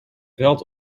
veld